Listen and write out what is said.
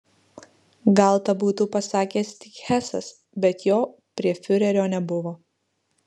gal tą būtų pasakęs tik hesas bet jo prie fiurerio nebuvo